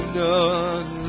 none